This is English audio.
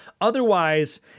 otherwise